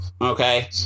okay